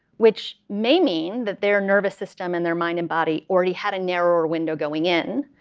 which may mean that their nervous system and their mind and body already had a narrower window going in.